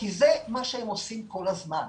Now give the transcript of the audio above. כי זה מה שהם עושים כל הזמן.